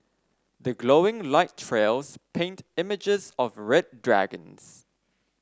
the glowing light trails paint images of red dragons